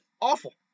awful